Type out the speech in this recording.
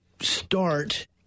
start